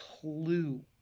clue